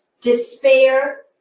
despair